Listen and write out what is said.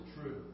true